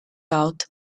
out